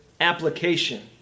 application